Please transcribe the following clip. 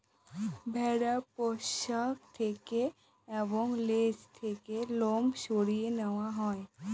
ভেড়ার পশ্চাৎ থেকে এবং লেজ থেকে লোম সরিয়ে নেওয়া হয়